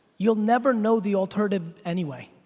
you'll never know the alternative anyway.